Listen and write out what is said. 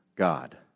God